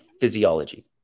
physiology